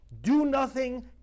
do-nothing